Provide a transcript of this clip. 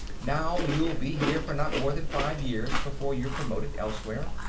now, you'll be here for not more than five years before you're promoted elsewhere.